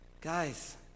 Guys